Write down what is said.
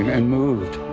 and moved,